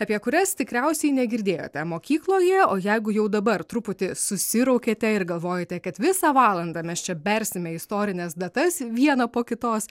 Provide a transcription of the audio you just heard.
apie kurias tikriausiai negirdėjote mokykloje o jeigu jau dabar truputį susiraukiate ir galvojate kad visą valandą mes čia bersime istorines datas vieną po kitos